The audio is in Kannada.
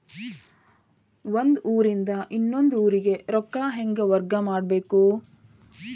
ಒಂದ್ ಊರಿಂದ ಇನ್ನೊಂದ ಊರಿಗೆ ರೊಕ್ಕಾ ಹೆಂಗ್ ವರ್ಗಾ ಮಾಡ್ಬೇಕು?